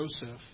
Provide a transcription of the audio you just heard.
Joseph